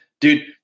dude